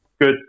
good